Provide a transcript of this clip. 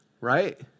right